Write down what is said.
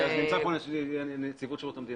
אתה יכול לשאול את נציבות שירות המדינה.